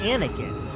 Anakin